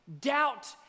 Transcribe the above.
doubt